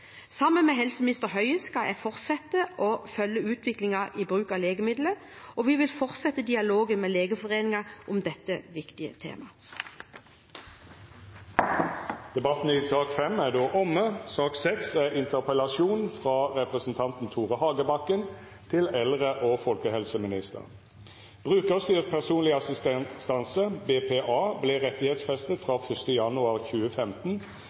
Sammen med helse- og omsorgsminister Bent Høie skal jeg fortsette å følge utviklingen i bruken av legemidler, og vi vil fortsette dialogen med Legeforeningen om dette viktige temaet. Interpellasjonsdebatten er då omme. Brukerstyrt personlig assistanse, forkortet BPA, ble rettighetsfestet fra 1. januar 2015, etter mange års innsats og